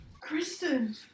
Kristen